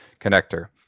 connector